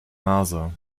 nase